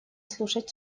слушать